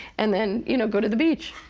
and then, you know, go to the beach!